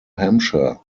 hampshire